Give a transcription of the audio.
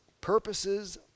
purposes